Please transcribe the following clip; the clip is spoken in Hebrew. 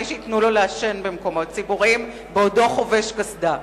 שייתנו לו לעשן במקומות ציבוריים בעודו חובש קסדה.